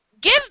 Give